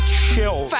chill